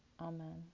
Amen